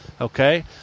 Okay